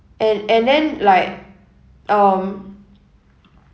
and and then like um